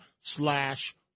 slash